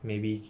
maybe